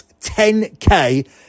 10K